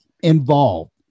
involved